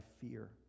fear